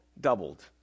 doubled